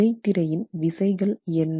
இடைத்திரையின் விசைகள் என்ன